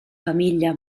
famiglia